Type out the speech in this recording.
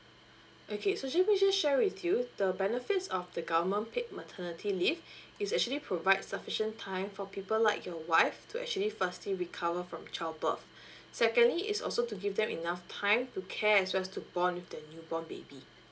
okay so just share with you the benefits of the government paid maternity leave is actually provide sufficient time for people like your wife to actually firstly recover from child birth secondly is also to give them enough time to care as well as to bond with the newborn baby